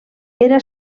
era